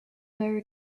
very